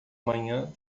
manhã